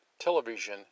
television